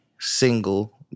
single